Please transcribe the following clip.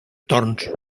torns